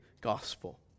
gospel